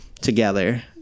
together